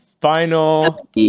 final